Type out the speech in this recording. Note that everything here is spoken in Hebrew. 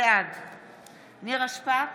בעד נירה שפק,